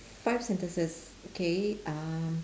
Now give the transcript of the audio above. five sentences okay um